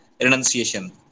renunciation